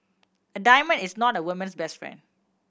a diamond is not a woman's best friend